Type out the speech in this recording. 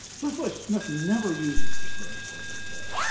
firstly smith never uses the phrase laissez-faire.